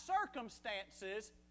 circumstances